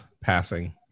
passing